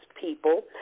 people